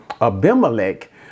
Abimelech